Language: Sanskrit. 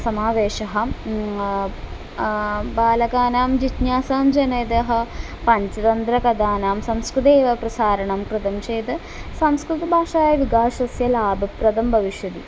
समावेशः बालकानां जिज्ञासां जनयन्ति पञ्चतन्त्रकथानां संस्कृते एव प्रसारणं कृतं चेद् संस्कृतभाषायाः विकासस्य लाभप्रदं भविष्यति